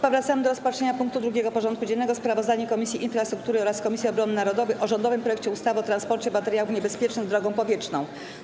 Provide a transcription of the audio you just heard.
Powracamy do rozpatrzenia punktu 2. porządku dziennego: Sprawozdanie Komisji Infrastruktury oraz Komisji Obrony Narodowej o rządowym projekcie ustawy o transporcie materiałów niebezpiecznych drogą powietrzną.